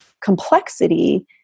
complexity